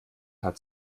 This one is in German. hat